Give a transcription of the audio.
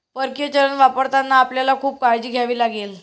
परकीय चलन वापरताना आपल्याला खूप काळजी घ्यावी लागेल